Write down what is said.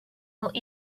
not